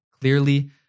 clearly